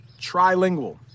trilingual